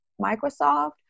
Microsoft